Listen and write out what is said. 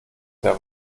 der